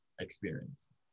experience